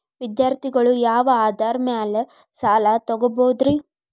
ವಿದ್ಯಾರ್ಥಿಗಳು ಯಾವ ಆಧಾರದ ಮ್ಯಾಲ ಸಾಲ ತಗೋಬೋದ್ರಿ?